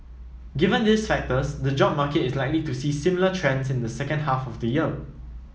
given these factors the job market is likely to see similar trends in the second half of the year